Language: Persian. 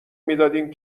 میدادیم